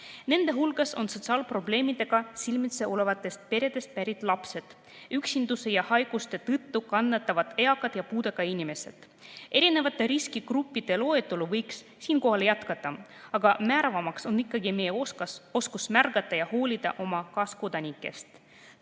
Nende hulgas on sotsiaalprobleemidega silmitsi olevatest peredest pärit lapsed, üksinduse ja haiguste tõttu kannatavad eakad ja puudega inimesed. Erinevate riskigruppide loetelu võiks siinkohal jätkata, aga määravamaks on ikkagi meie oskus märgata oma kaaskodanikke